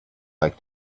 like